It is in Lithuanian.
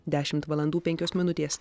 dešimt valandų penkios minutės